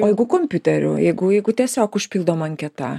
o jeigu kompiuteriu jeigu jeigu tiesiog užpildoma anketa